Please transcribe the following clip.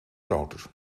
groter